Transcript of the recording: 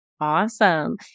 Awesome